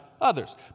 others